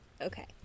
Okay